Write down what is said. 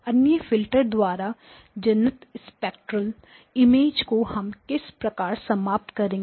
अन्य फिल्टर द्वारा जन्नत स्पेक्ट्रल इमेज को हम किस प्रकार समाप्त करेंगे